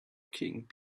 king